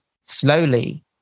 slowly